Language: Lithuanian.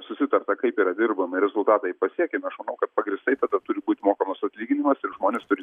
susitarta kaip yra dirbama ir rezultatai pasiekiami aš manau kad pagrįstai tada turi būt mokamas atlyginimas ir žmonės turi